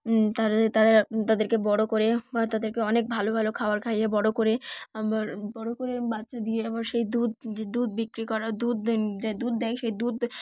তারা তাদের তাদেরকে বড়ো করে বা তাদেরকে অনেক ভালো ভালো খাবার খাইয়ে বড়ো করে আবার বড়ো করে বাচ্চা দিয়ে আবার সেই দুধ যে দুধ বিক্রি করা দুধ দুধ দেয় সেই দুধ